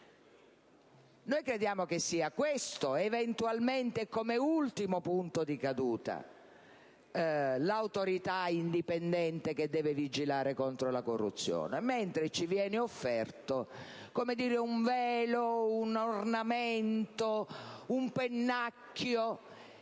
Noi crediamo che sia questa, eventualmente come ultimo punto di caduta, l'Autorità indipendente che deve vigilare contro la corruzione. Ci viene invece offerto un velo, un ornamento, un pennacchio,